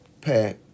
pack